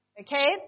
Okay